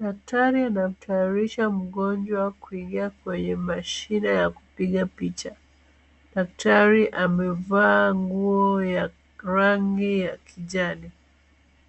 Daktari anamtayarisha mgonjwa kuingia kwenye mashine ya kupoiga picha. Daktari amevaa nguo ya rangi ya kijani.